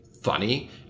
funny